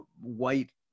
white